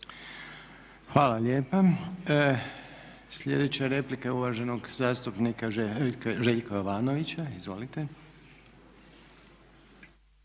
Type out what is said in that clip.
Hvala lijepa. Sljedeća je replika uvaženog zastupnika Željka Jovanovića. Izvolite.